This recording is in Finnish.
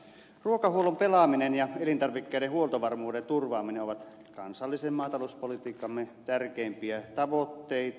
ruokahuollon pelaaminen ja elintarvikkeiden huoltovarmuuden turvaaminen ovat kansallisen maatalouspolitiikkamme tärkeimpiä tavoitteita